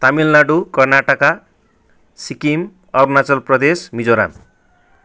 Tamil Nadu Karnataka Sikkim Arunachal Pradesh Mizoram